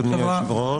אדוני היושב-ראש,